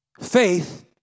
Faith